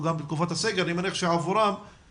לקבל גם בתקופת הסגר כי אני מניח שעבורם המצב